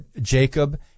Jacob